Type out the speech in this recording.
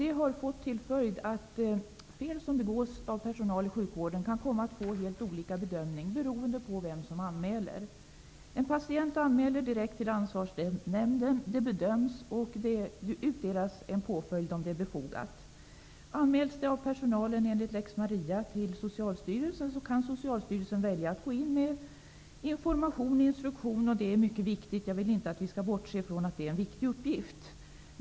Det har fått till följd att fel som begås av personal i sjukvården kan komma att få helt olika bedömning beroende på vem som anmäler. När en patient anmäler ett ärende direkt till Ansvarsnämnden görs det en bedömning, och en påföljd åläggs, om det är befogat. Anmäls ett ärende till Socialstyrelsen av sjukvårdspersonalen, enligt lex Maria, kan Socialstyrelsen välja att gå in med information, instruktion. Vi skall inte bortse från att det är en mycket viktig uppgift.